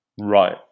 Right